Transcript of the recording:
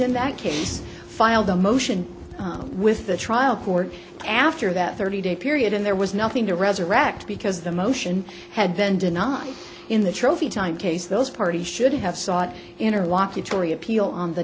in that case filed a motion with the trial court after that thirty day period and there was nothing to resurrect because the motion had been denied in the trophy time case those parties should have sought interlocutory appeal on the